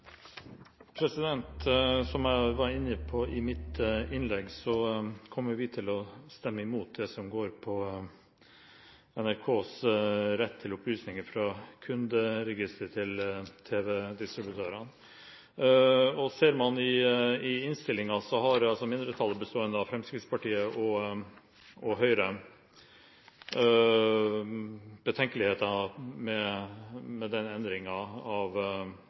Som jeg var inne på i mitt innlegg, kommer vi til å stemme imot det som går på NRKs rett til opplysninger fra tv-distributørenes kunderegistre. Ser man i innstillingen, har mindretallet, bestående av Fremskrittspartiet og Høyre, betenkeligheter med den endringen av